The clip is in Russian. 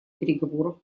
переговоров